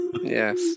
Yes